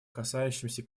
касающимся